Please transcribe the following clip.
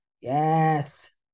Yes